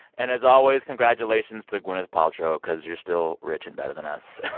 and, as always, congratulations to gwyneth paltrow because you're still rich and better than us.